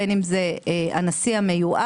בין אם זה הנשיא המיועד,